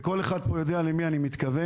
וכל אחד פה יודע למי אני מתכוון,